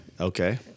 Okay